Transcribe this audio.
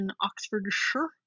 Oxfordshire